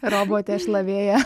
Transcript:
robotė šlavėja